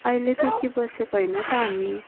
अहिलेदेखि बसेको होइन त हामी